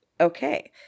Okay